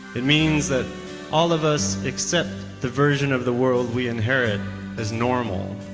it means that all of us accept the version of the world we inherit is normal.